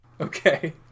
Okay